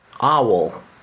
owl